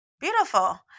Beautiful